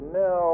no